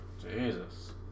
Jesus